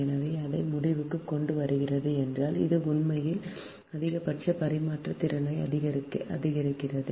எனவே அதை முடிவுக்குக் கொண்டுவருவது என்றால் அது உண்மையில் அதிகபட்ச பரிமாற்ற திறனை அதிகரிக்கிறது